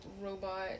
robot